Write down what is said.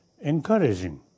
encouraging